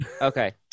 Okay